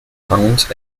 owns